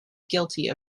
guilty